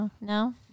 No